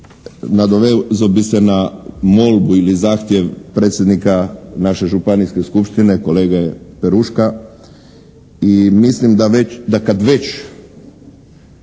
nadovezao bih se na molbu ili zahtjev predsjednika naše županijske skupštine kolege Peruška